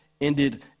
ended